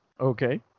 Okay